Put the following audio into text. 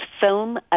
film